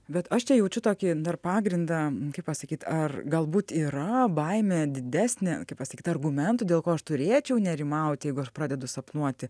bet aš čia jaučiu tokį dar pagrindą kaip pasakyt ar galbūt yra baimė didesnė kaip pasakyt argumentų dėl ko aš turėčiau nerimauti jeigu aš pradedu sapnuoti